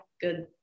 good